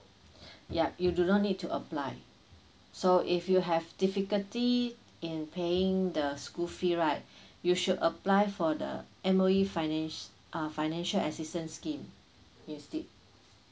yup you do not need to apply so if you have difficulty in paying the school fee right you should apply for the emily finance ah financial assistance scheme instead